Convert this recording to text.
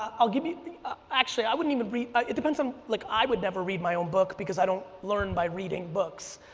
um i'll give you, actually i wouldn't even read, it depends on, like i would never read my own book because i don't learn by reading books,